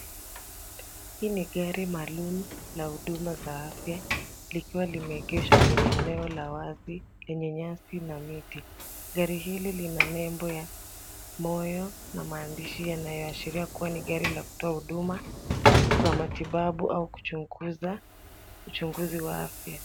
Hii ni gari maalum la huduma za afya likiwa limeegeshwa kwenye eneo la wazi lenye nyasi na miti. Gari hili lina nembo ya moyo na maandishi yanayoashiria kuwa ni gari la kutoa huduma za matibabu au kuchunguza uchunguzi wa afya.